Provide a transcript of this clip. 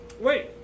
Wait